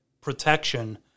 protection